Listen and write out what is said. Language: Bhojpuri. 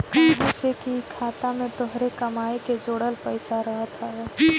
काहे से कि इ खाता में तोहरे कमाई के जोड़ल पईसा रहत हवे